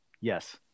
Yes